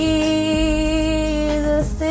Jesus